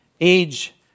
age